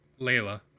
Layla